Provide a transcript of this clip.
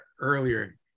earlier